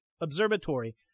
Observatory